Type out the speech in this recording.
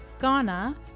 Ghana